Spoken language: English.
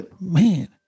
Man